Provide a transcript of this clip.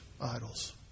idols